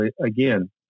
again